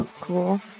cool